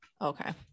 okay